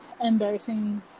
embarrassing